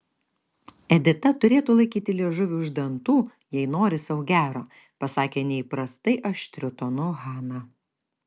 edita turėtų laikyti liežuvį už dantų jei nori sau gero pasakė neįprastai aštriu tonu hana